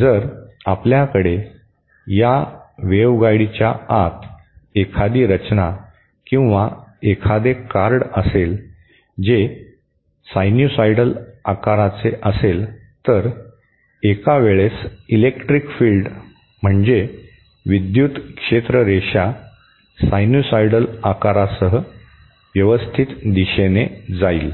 जर आपल्याकडे या वेव्हगाइडच्या आत एखादी रचना किंवा एखादे कार्ड असेल जे सायनुसायडल आकाराचे असेल तर एका वेळेस इलेक्ट्रिक फील्ड म्हणजे विद्युत क्षेत्र रेषा सायनुसायडल आकारासह व्यवस्थित दिशेने जाईल